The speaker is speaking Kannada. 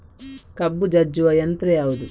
ಕಬ್ಬು ಜಜ್ಜುವ ಯಂತ್ರ ಯಾವುದು?